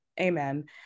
Amen